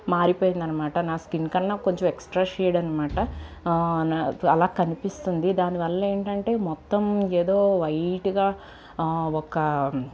మారిపోయిందనమాట నా స్కిన్ కన్నా కొంచెం ఎక్స్ట్రా షేడ్ అనమాట నా కలా కనిపిస్తుంది దాని వల్ల ఏంటంటే మొత్తం ఏదో వైట్గా ఒక